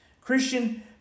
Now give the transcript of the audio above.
Christian